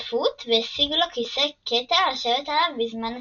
אבא כנראה חשב שזה מהעייפות והשיג לו כיסא כתר לשבת עליו בזמן התפילה.